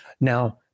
Now